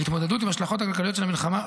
ההתמודדות עם ההשלכות הכלכליות של המלחמה,